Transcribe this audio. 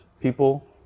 people